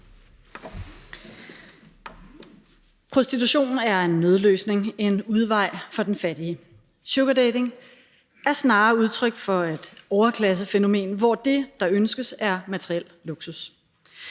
Prostitution er en nødløsning, en udvej for den fattige. Sugardating er snarere udtryk for et overklassefænomen, hvor det, der ønskes, er materiel luksus.